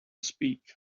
speak